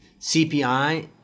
CPI